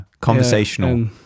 conversational